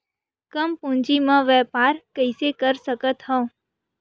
कम पूंजी म व्यापार कइसे कर सकत हव?